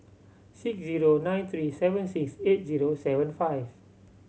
six zero nine three seven six eight zero seven five